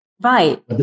Right